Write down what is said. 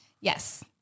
yes